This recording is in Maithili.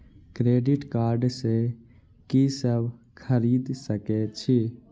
क्रेडिट कार्ड से की सब खरीद सकें छी?